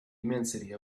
immensity